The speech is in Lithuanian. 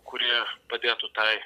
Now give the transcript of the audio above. kurie padėtų tai